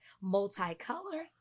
multicolored